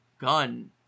gun